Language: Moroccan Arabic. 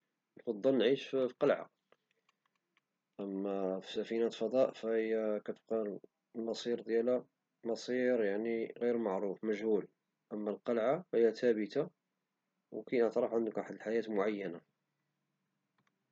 نفضل نعيش في قلعة اما في سفينة فضاء فهي كتبقا المصير ديالها مصير يعني غير معروف مجهول اما القلعة فهي ثابتة او كاينة واحد الحياة معينة